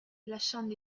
lasciando